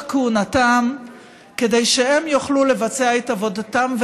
כהונתם כדי שהם יוכלו לבצע את עבודתם,